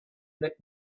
let